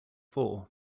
four